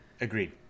Agreed